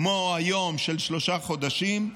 כמו היום, של שלושה חודשים,